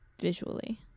visually